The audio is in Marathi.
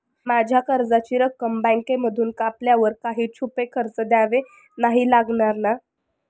माझ्या कर्जाची रक्कम बँकेमधून कापल्यावर काही छुपे खर्च द्यावे नाही लागणार ना?